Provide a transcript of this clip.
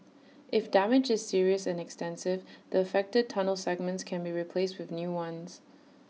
if damage is serious and extensive the affected tunnel segments can be replaced with new ones